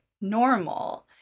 normal